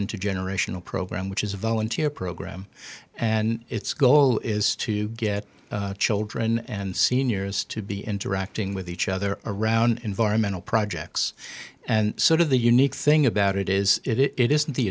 intergenerational program which is a volunteer program and its goal is to get children and seniors to be interacting with each other around environmental projects and sort of the unique thing about it is it isn't the